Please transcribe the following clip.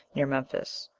near memphis.